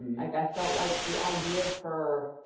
like i felt like the idea of her,